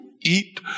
eat